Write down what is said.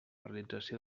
realització